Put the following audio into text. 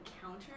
encounter